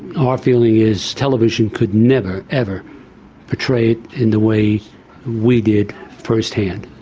our feeling is television could never ever portray it in the way we did first hand,